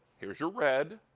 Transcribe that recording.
here is your red.